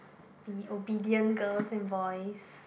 be obedient girls and boys